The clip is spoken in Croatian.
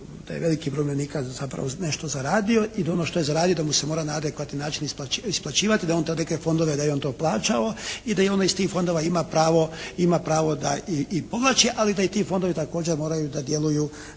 da je veliki broj umirovljenika zapravo nešto zaradio i da ono što je zaradio da mu se mora na adekvatan način isplaćivati. Da je on te neke fondove, da je i on to plaćao i da onda iz tih fondova ima pravo, ima pravo da i povlači ali da i ti fondovi također moraju da djeluju